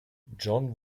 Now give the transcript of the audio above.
john